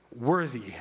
worthy